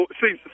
see